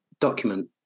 Document